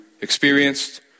experienced